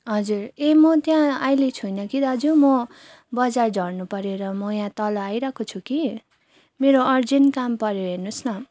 हजुर ए म त्यहाँ अहिले छुइनँ कि दाजु म बजार झर्नुपर्यो र म यहाँ तल आइरहेको छु कि मेरो अर्जेन्ट काम परेर हेर्नुहोस् न